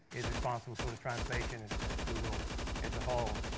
is responsible for the translation and and at google as a whole.